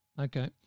Okay